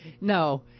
No